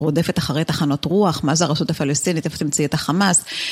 רודפת אחרי תחנות רוח, מה זה הרשות הפלסטינית, איפה תמצאי את החמאס?